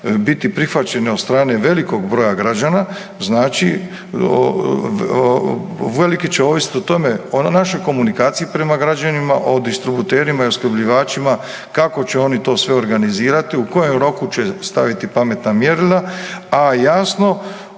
biti prihvaćeni od velikog broja građana, znači uvelike će ovisiti o tome o našoj komunikaciji prema građanima, o distributerima i opskrbljivačima kako će to sve oni organizirati u kojem roku će staviti pametna mjerila. A jasno,